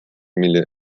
mille